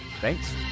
Thanks